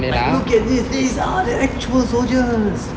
like look at this these are the actual soldiers